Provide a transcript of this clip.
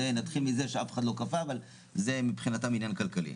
אף אחד לא קפא, אבל זה מבחינתם עניין כלכלי.